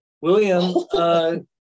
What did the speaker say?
William